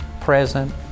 present